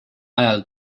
ajal